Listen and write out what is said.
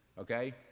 okay